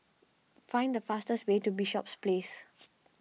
find the fastest way to Bishops Place